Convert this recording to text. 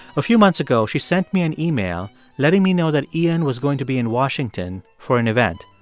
a few months ago, she sent me an email letting me know that iain was going to be in washington for an event.